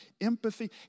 Empathy